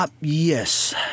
yes